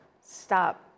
stop